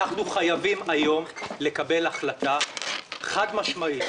אנחנו חייבים היום לקבל החלטה חד-משמעית,